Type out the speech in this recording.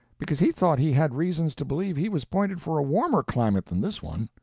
because he thought he had reasons to believe he was pointed for a warmer climate than this one.